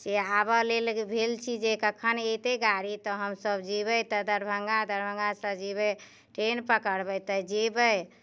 से आबऽ लेल भेल छी जे कखन एतैक गाड़ी तऽ हमसब जेबै तऽ दरभङ्गा दरभङ्गासँ जेबै ट्रेन पकड़बै तऽ जेबै